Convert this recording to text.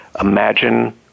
imagine